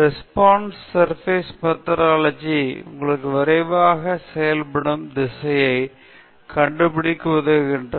response surface methodology உங்களுக்கு விரைவாக செயல்படும் திசையை கண்டுபிடிக்க உதவுகிறது